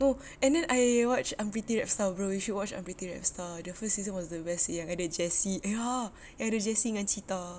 oh and then I watch unpretty rapstar bro you should watch unpretty rapstar the first season was the best yang ada jessie ya and ada jessie dengan cheetah